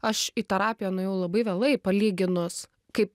aš į terapiją nuėjau labai vėlai palyginus kaip